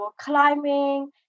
climbing